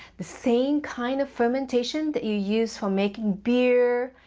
the same kind of fermentation that you use for making beer,